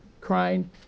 crying